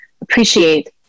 appreciate